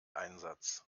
einsatz